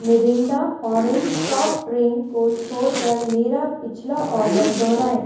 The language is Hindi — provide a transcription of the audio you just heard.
मिरिंडा ऑरेंज सॉफ्ट ड्रिंक को छोड़कर मेरा पिछला आर्डर दोहराएँ